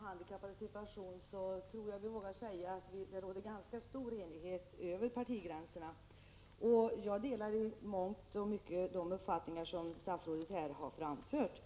Herr talman! Jag tror att jag vågar säga att det råder ganska stor enighet över partigränserna när det gäller de handikappades situation. Jag delar i mångt och mycket de uppfattningar som statsrådet här har framfört.